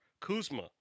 Kuzma